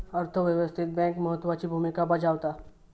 अर्थ व्यवस्थेत बँक महत्त्वाची भूमिका बजावता